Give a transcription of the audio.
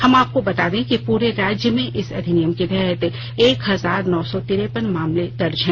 हम आपको बता दें कि पूरे राज्य में इस अधिनियम के तहत एक हजार नौ सौ तिरपन मामले दर्ज हैं